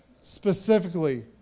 Specifically